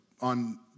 on